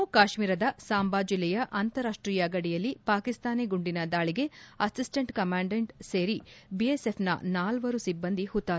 ಜಮ್ನ ಕಾಶೀರದ ಸಾಂಬಾ ಜಿಲ್ಲೆಯ ಅಂತಾರಾಷ್ಷೀಯ ಗಡಿಯಲ್ಲಿ ಪಾಕಿಸ್ತಾನಿ ಗುಂಡಿನ ದಾಳಿಗೆ ಅಸ್ಸಿಸ್ಲೆಂಟ್ ಕಮಾಂಡೆಟ್ ಸೇರಿ ಬಿಎಸ್ಎಫ್ನ ನಾಲ್ಲರು ಸಿಬ್ಲಂದಿ ಹುತ್ತಾತ